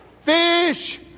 Fish